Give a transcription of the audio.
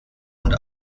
und